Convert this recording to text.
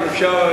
אם אפשר,